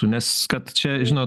nes kad čia žinot